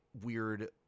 weird